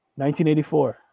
1984